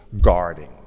guarding